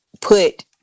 put